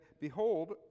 Behold